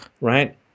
Right